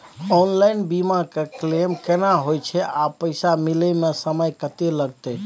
Online बीमा के claim केना होय छै आ पैसा मिले म समय केत्ते लगतै?